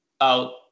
out